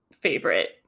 favorite